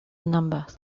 numbers